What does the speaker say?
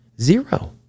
zero